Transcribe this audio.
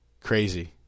Crazy